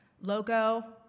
logo